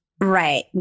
Right